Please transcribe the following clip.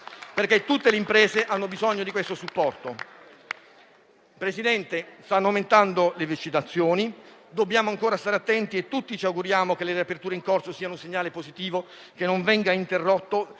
Tutte le imprese hanno infatti bisogno di questo supporto. Signor Presidente, stanno aumentando le vaccinazioni. Dobbiamo ancora stare attenti e tutti ci auguriamo che le riaperture in corso siano un segnale positivo che non venga interrotto